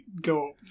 go